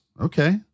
okay